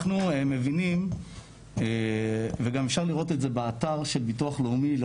אנחנו מבינים וגם אפשר לראות את זה באתר של ביטוח לאומי,